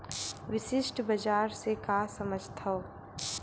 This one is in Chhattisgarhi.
विशिष्ट बजार से का समझथव?